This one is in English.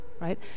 right